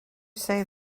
say